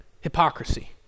Hypocrisy